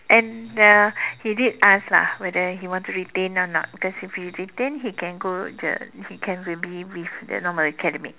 and uh he did ask lah whether he wanted to retain or not because if he retain he can go the he can maybe leave the normal academics